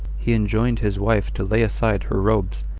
he enjoined his wife to lay aside her robes,